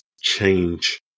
change